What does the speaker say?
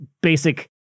basic